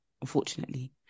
unfortunately